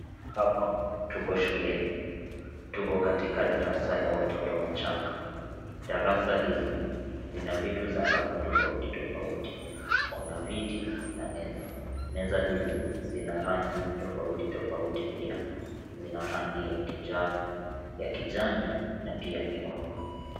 Hapa tuko shuleni tuko katika darasa la watoto wachanga, darasa hili lina vitu za rangi tofauti tofauti , kuna viti na meza, meza hizi zina rangi tofauti tofauti pia zina rangi ya kinjano, ya kijani na pia nyekundu.